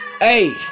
Hey